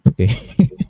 Okay